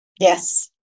yes